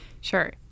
Sure